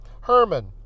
Herman